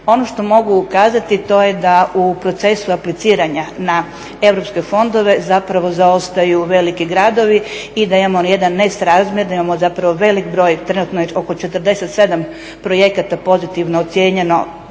Ono što mogu kazati to je da u procesu apliciranja na Europske fondove zapravo zaostaju veliki gradovi i da imamo jedan …, imamo zapravo velik broj, trenutno je oko 47 projekta pozitivno ocijenjeno